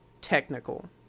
technical